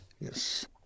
Yes